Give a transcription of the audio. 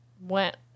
went